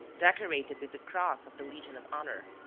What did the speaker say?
decorated with the cross of the legion of honour.